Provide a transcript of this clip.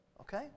Okay